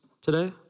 today